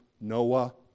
Noah